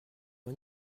une